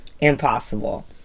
Impossible